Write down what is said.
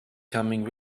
coming